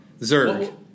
Zerg